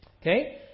Okay